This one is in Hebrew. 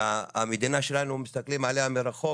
והמדינה שלנו, מסתכלים עליה מרחוק